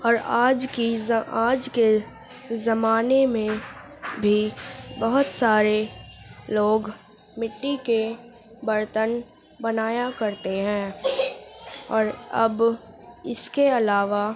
اور آج کی آج کے زمانے میں بھی بہت سارے لوگ مٹی کے برتن بنایا کرتے ہیں اور اب اس کے علاوہ